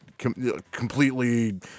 Completely